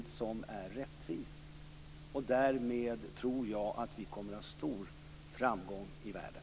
Därmed tror jag att vi kommer att få stor framgång i världen.